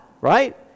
right